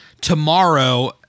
tomorrow